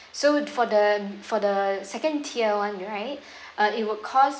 so for the for the second tier one right uh it will cost